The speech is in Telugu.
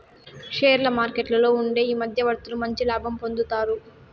షేర్ల మార్కెట్లలో ఉండే ఈ మధ్యవర్తులు మంచి లాభం పొందుతారు